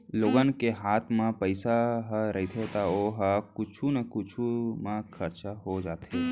लोगन के हात म पइसा ह रहिथे त ओ ह कुछु न कुछु म खरचा हो जाथे